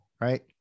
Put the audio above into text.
right